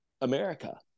america